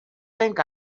think